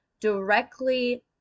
directly